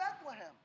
Bethlehem